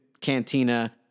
cantina